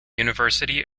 university